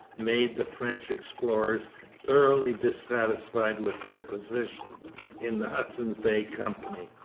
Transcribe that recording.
made the french explorers thoroughly dissatisfied with their position in the hudson's bay company.